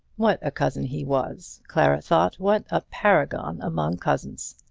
what a cousin he was! clara thought what a paragon among cousins!